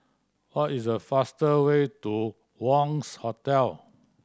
what is the faster way to Wangz Hotel